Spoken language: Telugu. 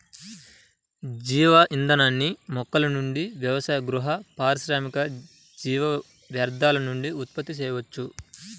జీవ ఇంధనాన్ని మొక్కల నుండి వ్యవసాయ, గృహ, పారిశ్రామిక జీవ వ్యర్థాల నుండి ఉత్పత్తి చేయవచ్చు